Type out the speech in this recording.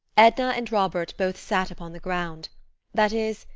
edna and robert both sat upon the ground that is,